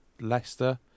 Leicester